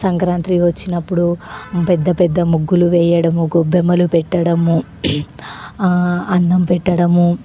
సంక్రాంతి వచ్చినప్పుడు పెద్ద పెద్ద ముగ్గులు వేయడము గొబ్బెమ్మలు పెట్టడము అన్నము పెట్టడము